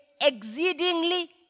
exceedingly